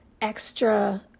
extra